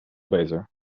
beter